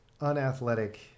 unathletic